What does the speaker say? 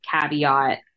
caveat